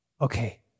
okay